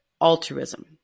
altruism